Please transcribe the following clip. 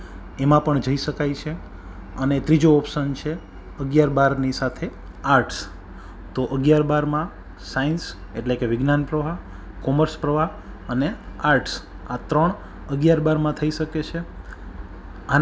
માર્ગ પર ખેતરોમાં જે પાણી ભરાઈ જાય છે ઘરોમાં પાણી ભરાઈ જાય છે ત્યાંનાં લોકો ને શું તકલીફો પડે છે એ જોઈએ એટલી ડિટેલમાં ઘણીવાર બતાવવામાં નથી આવતું